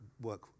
work